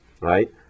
right